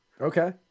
Okay